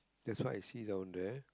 that's what I see down there